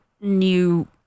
new